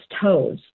toes